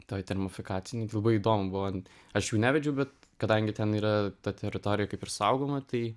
toj termofikacinėj buvo įdomu buvo aš jų nevedžiau bet kadangi ten yra ta teritorija kaip ir saugoma tai